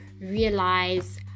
realize